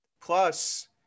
plus